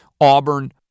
Auburn